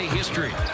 history